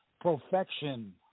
perfection